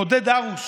לעודד הרוש,